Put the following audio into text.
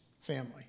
family